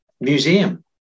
museum